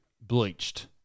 bleached